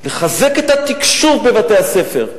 לחזק את התקשוב בבתי-הספר,